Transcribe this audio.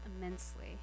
immensely